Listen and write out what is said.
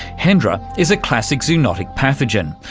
hendra is a classic zoonotic pathogen,